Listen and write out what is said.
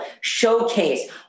showcase